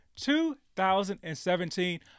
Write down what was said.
2017